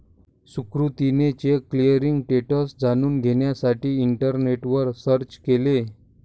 सुकृतीने check clearing status जाणून घेण्यासाठी इंटरनेटवर सर्च केले